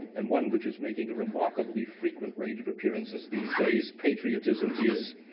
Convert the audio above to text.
and one which is making a remarkably frequent range of appearances these days, patriotism is